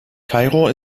kairo